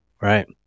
Right